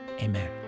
Amen